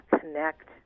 connect